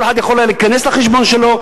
כל אחד יכול היה להיכנס לחשבון שלו,